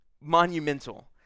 monumental